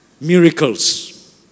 Miracles